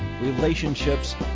relationships